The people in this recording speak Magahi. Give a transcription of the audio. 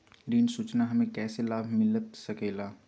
ऋण सूचना हमें कैसे लाभ मिलता सके ला?